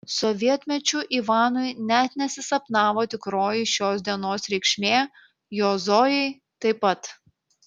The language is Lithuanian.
sovietmečiu ivanui net nesisapnavo tikroji šios dienos reikšmė jo zojai taip pat